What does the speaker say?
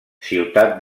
ciutat